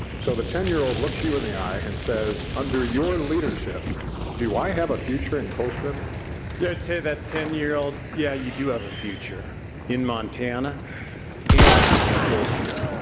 so the ten year old looks you in the eye and says under your leadership do i have a future in colstrip let's say that ten year old. yeah. you do have a future in montana and in colstrip.